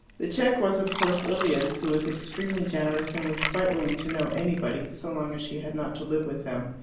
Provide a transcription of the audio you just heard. the cheque was, of course, lilia's, who was extremely generous, and was quite willing to know anybody so long as she had not to live with them,